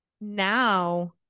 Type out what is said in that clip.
now